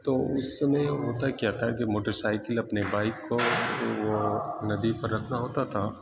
تو اس سمے ہوتا کیا تھا کہ موٹر سائیکل اپنے بائک کو وہ ندی پر رکھنا ہوتا تھا